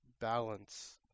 balance